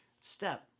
step